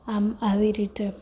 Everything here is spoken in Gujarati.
આમ આવી રીતે